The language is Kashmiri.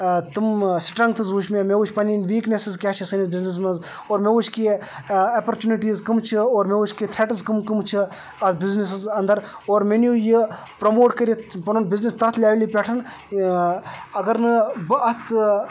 تٕم سٕٹرٛنٛگتھٕز وٕچھ مےٚ مےٚ وٕچھ پَنٕنۍ ویٖکنٮ۪سٕز کیاہ چھَ سٲنِس بِزنٮ۪سَس منٛز اور مےٚ وُچھ کہ اپَرچوٗنِٹیٖز کم چھِ اور مےٚ وُچھ کہ تھرٛٹٕز کم کم چھِ اَتھ بِزنٮ۪سَس اَندَر اور مےٚ نیوٗ یہِ پَرٛموٹ کٔرِتھ پَنُن بِزنٮ۪س تَتھ لٮ۪ولہِ پٮ۪ٹھ اگر نہٕ بہٕ اَتھ